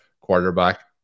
quarterback